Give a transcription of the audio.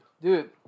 Dude